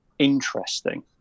Interesting